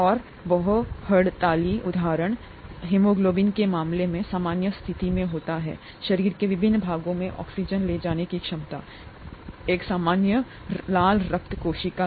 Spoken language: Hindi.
और ए बहु हड़ताली उदाहरण हीमोग्लोबिन के मामले में सामान्य स्थिति में होता है शरीर के विभिन्न भागों में ऑक्सीजन ले जाने की क्षमता एक सामान्य लाल रक्त कोशिका